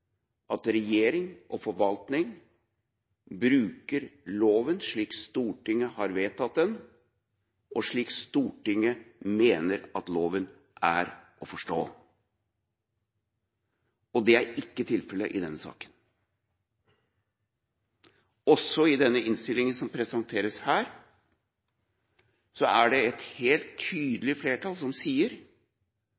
at regjering og forvaltning bruker loven slik Stortinget har vedtatt den, og slik Stortinget mener at loven er å forstå. Det er ikke tilfellet i denne saken. Også i den innstillinga som presenteres her, er det et helt